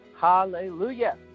Hallelujah